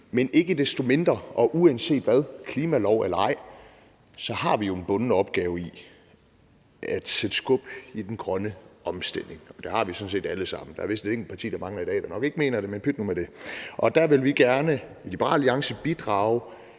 Men ikke desto mindre og uanset hvad, en klimalov eller ej, har vi jo en bunden opgave i at sætte skub i den grønne omstilling. Det har vi sådan set alle sammen. Der er vist et enkelt parti, der mangler i dag, som ikke mener det. Men pyt nu med det. Der vil vi i Liberal Alliance gerne